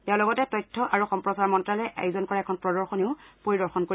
তেওঁ লগতে তথ্য আৰু সম্প্ৰচাৰ মন্ত্ৰালয়ে আয়োজন কৰা এখন প্ৰদশনীও পৰিদৰ্শন কৰিব